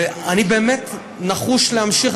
ואני באמת נחוש להמשיך.